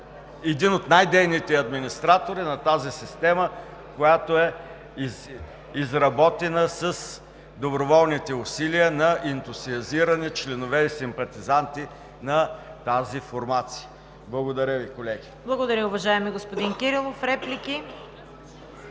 един от най-дейните администратори на тази система, която е изработена с доброволните усилия на ентусиазирани членове и симпатизанти на тази формация. Благодаря Ви, колеги. ПРЕДСЕДАТЕЛ ЦВЕТА КАРАЯНЧЕВА: Благодаря Ви, уважаеми господин Кирилов. Реплики?